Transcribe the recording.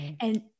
and-